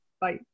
Bye